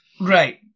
Right